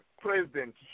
president